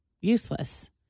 useless